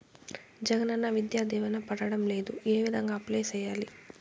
జగనన్న విద్యా దీవెన పడడం లేదు ఏ విధంగా అప్లై సేయాలి